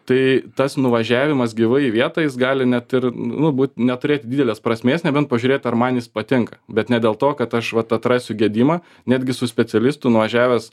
tai tas nuvažiavimas gyvai vietoj jis gali net ir nu būt neturėti didelės prasmės nebent pažiūrėt ar man jis patinka bet ne dėl to kad aš vat atrasiu gedimą netgi su specialistu nuvažiavęs